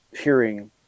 hearing